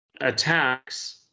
attacks